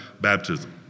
baptism